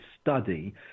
study